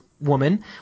woman